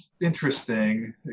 interesting